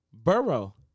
Burrow